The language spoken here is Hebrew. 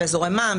אלא באזורי מע"מ,